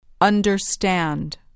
understand